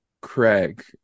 Craig